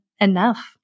enough